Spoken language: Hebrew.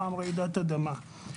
פעם רעידת אדמה.